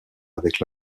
avec